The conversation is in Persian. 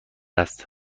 است